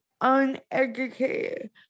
uneducated